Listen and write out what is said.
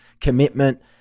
commitment